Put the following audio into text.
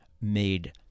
made